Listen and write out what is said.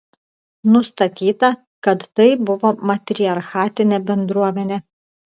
nustatyta kad tai buvo matriarchatinė bendruomenė